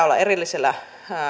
olla erillisellä